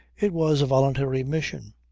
it was a voluntary mission.